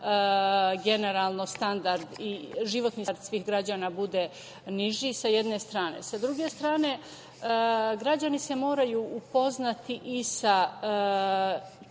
generalno životni standard svih građana bude niži, sa jedne strane. Sa druge strane, građani se moraju upoznati i sa